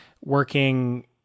working